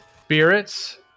spirits